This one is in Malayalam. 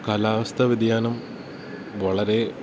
കാലാവസ്ഥാ വ്യതിയാനം വളരേ